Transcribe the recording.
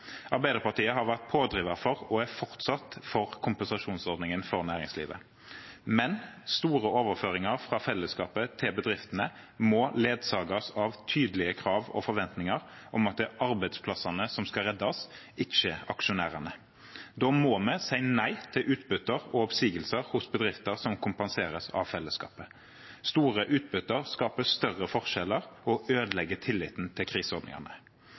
Arbeiderpartiet har vært pådriver for og er fortsatt for kompensasjonsordningen for næringslivet, men store overføringer fra fellesskapet til bedriftene må ledsages av tydelige krav og forventninger om at det er arbeidsplassene som skal reddes, ikke aksjonærene. Da må vi si nei til utbytter og oppsigelser i bedrifter som kompenseres av fellesskapet. Store utbytter skaper større forskjeller og ødelegger tilliten til kriseordningene.